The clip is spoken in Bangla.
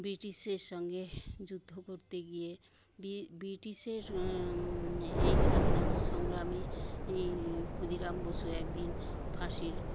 ব্রিটিশের সঙ্গে যুদ্ধ করতে গিয়ে ব্রিটিশের এই স্বাধীনতা সংগ্রামী ক্ষুদিরাম বসু একদিন ফাঁসির